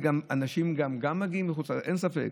ואנשים גם מגיעים מחוץ לעיר, אין ספק.